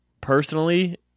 personally –